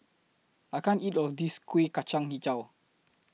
I can't eat All of This Kuih Kacang Hijau